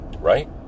Right